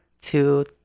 two